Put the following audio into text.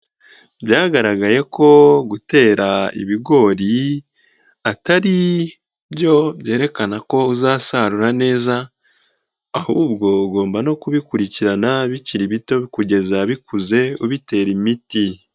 Byagaragaye ko gutera ibigori atari byo byerekana ko uzasarura neza ahubwo ugomba no kubikurikirana bikiri bito kugeza bikuze ubitera imiti.